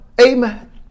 Amen